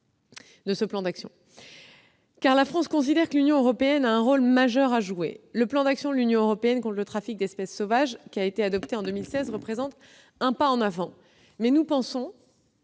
de l'action n° 63. La France considère que l'Union européenne a un rôle majeur à jouer. Le plan d'action de l'Union européenne contre le trafic d'espèces sauvages, adopté en 2016, représente un pas en avant, mais nous devons